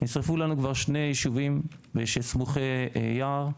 נשרפו לנו כבר שני יישובים סמוכי יער.